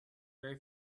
very